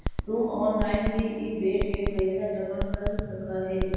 तु ऑनलाइन भी इ बेड के पइसा जमा कर सकऽ हे